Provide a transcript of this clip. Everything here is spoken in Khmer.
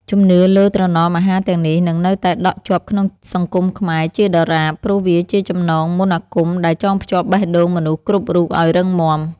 ជំនឿលើត្រណមអាហារទាំងនេះនឹងនៅតែដក់ជាប់ក្នុងសង្គមខ្មែរជាដរាប ព្រោះវាជាចំណងមន្តអាគមដែលចងភ្ជាប់បេះដូងមនុស្សគ្រប់រូបឱ្យរឹងមាំ។